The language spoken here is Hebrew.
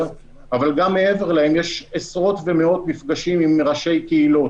אבל גם מעבר להם יש עשרות ומאות מפגשים עם ראשי קהילות